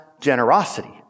generosity